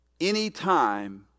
anytime